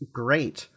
great